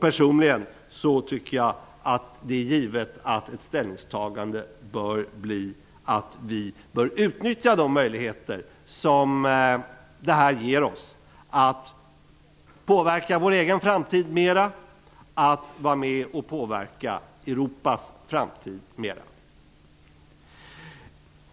Personligen tycker jag att det är givet att ett ställningstagande bör bli att vi bör utnyttja de möjligheter som det här ger oss att påverka vår egen framtid mera och att vara med och påverka Europas framtid mera.